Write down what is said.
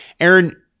Aaron